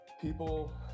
people